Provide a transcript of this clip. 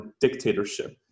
dictatorship